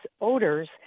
odors